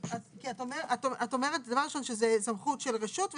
כי את אומרת דבר ראשון שזאת סמכות של רשות.